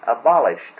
abolished